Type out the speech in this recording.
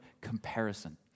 comparison